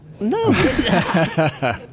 No